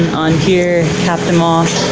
on here, capped them off,